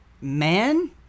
man